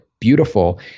beautiful